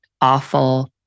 awful